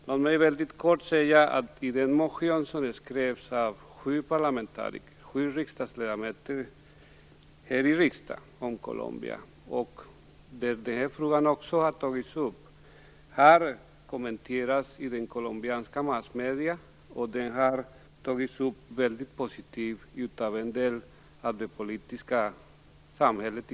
Låt mig väldigt kort säga att sju ledamöter här i riksdagen har väckt en motion om Colombia, i vilken också denna fråga har tagits upp. Den har kommenterats i colombianska massmedier och har tagits upp mycket positivt av en del av det politiska samhället i